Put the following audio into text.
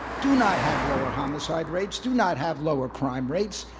do not have lower homicide rates, do not have lower crime rates,